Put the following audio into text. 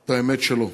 את האמת שלו: